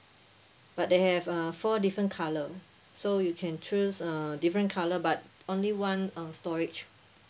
but they have uh four different colour so you can choose uh different colour but only one uh storage